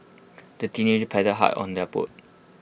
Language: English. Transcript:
the teenagers paddled hard on their boat